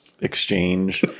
exchange